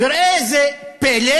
וראה זה פלא,